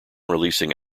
releasing